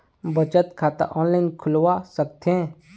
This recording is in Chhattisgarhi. बचत खाता ऑनलाइन खोलवा सकथें?